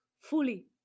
fully